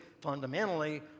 fundamentally